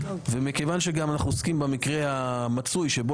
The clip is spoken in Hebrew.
מכיוון שאנחנו גם עוסקים במקרה המצוי שבו